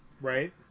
Right